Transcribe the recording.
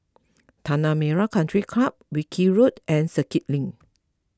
Tanah Merah Country Club Wilkie Road and Circuit Link